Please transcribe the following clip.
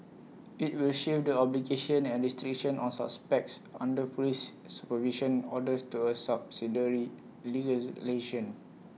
IT will shift the obligations and restrictions on suspects under Police supervision orders to A subsidiary legislation